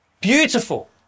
beautiful